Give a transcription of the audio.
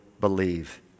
believe